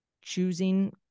choosing